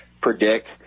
predict